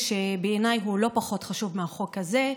שבעיניי הוא לא פחות חשוב מהחוק הזה,